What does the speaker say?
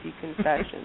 confessions